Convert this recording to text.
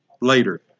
later